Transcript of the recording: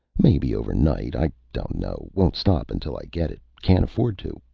maybe overnight. i don't know. won't stop until i get it. can't afford to.